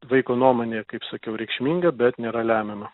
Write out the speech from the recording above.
vaiko nuomonė kaip sakiau reikšminga bet nėra lemiama